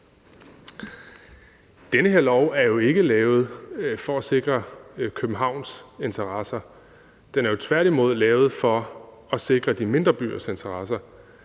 Den her lov er jo ikke lavet for at sikre Københavns interesser; den er tværtimod lavet for at sikre de mindre byers interesser.